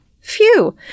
Phew